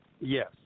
Yes